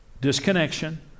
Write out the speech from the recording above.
disconnection